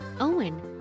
Owen